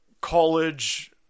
college